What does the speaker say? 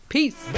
Peace